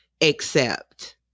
accept